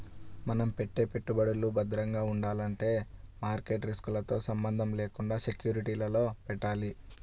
మనం పెట్టే పెట్టుబడులు భద్రంగా ఉండాలంటే మార్కెట్ రిస్కులతో సంబంధం లేకుండా సెక్యూరిటీలలో పెట్టాలి